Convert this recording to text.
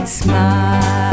smile